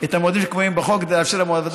את המועדים הקבועים בחוק כדי לאפשר לוועדה